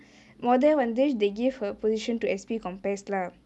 மொத வந்து:motha vanthu they give her position to S_P compass lah